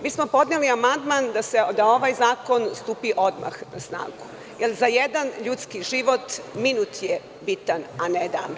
Mi smo podneli amandman da ovaj zakon stupi odmah na snagu, jer za jedan ljudski život minut je bitan, a dan.